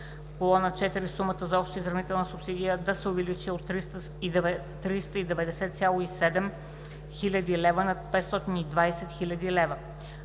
колона 4 сумата за обща изравнителна субсидия да се увеличи от 390,7 хил. лв. на 520 хил. лв.;